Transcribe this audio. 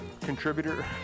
contributor